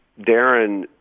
Darren